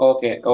Okay